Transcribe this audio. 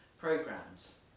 programs